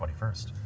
21st